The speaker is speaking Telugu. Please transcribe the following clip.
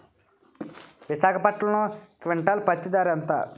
విశాఖపట్నంలో క్వింటాల్ పత్తి ధర ఎంత?